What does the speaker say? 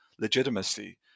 legitimacy